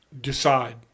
Decide